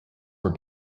were